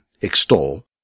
extol